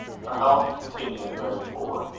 her health continued very poor.